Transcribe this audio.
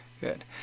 good